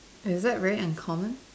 is that very uncommon